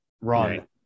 run